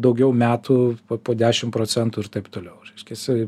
daugiau metų po dešim procentų ir taip toliau reiškiasi